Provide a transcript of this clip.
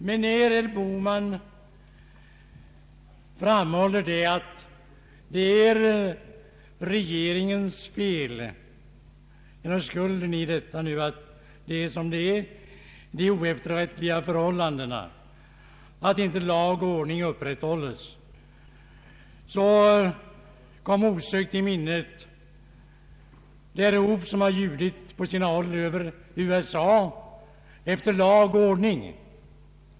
Men när herr Bohman framhåller att det är regeringens fel att det är som det är med de oefterrättliga förhållandena, så kom osökt i minnet de ord som ljudit på sina håll i USA, där man ropar efter lag och ordning.